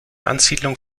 ansiedlung